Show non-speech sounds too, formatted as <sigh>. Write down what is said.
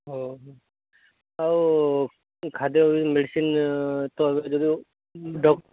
ଆଉ ହୁଁ ଆଉ ଖାଦ୍ୟ ଏଇ ମେଡିସିନ୍ ତ ଏବେ ଯଦିଓ <unintelligible>